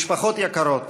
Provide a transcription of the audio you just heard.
משפחות יקרות,